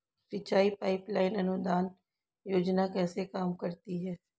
सिंचाई pipeline अनुदान योजना कैसे काम करती है?